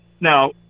now